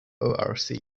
orc